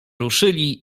ruszyli